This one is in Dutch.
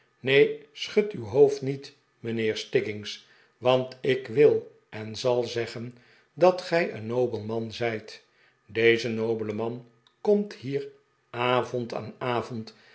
neen schud uw hoofd niet mijnheer stiggins want ik wil en zal zeggen dat gij een nobel man zijt deze nobele man komt hier avond aan